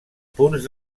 punts